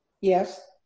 Yes